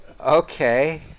Okay